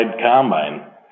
combine